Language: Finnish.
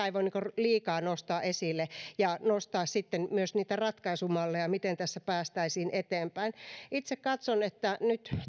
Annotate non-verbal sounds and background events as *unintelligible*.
*unintelligible* ei voi liikaa nostaa esille ja pitää nostaa sitten myös niitä ratkaisumalleja miten tässä päästäisiin eteenpäin itse katson että nyt